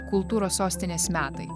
kultūros sostinės metai